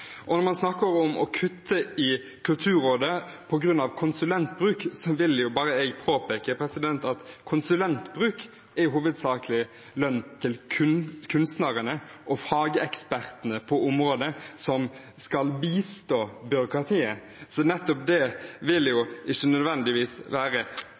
budsjett. Når man snakker om å kutte til Kulturrådet på grunn av konsulentbruk, vil jeg bare påpeke at konsulentbruk hovedsakelig er lønn til kunstnerne og fagekspertene på området som skal bistå byråkratiet. Nettopp det vil ikke nødvendigvis være